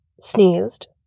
sneezed